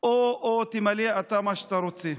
או שתמלא אתה מה שאתה רוצה.